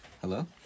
Hello